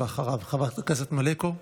אחריו, חברת הכנסת מלקו.